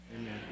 Amen